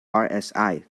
rsi